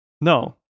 No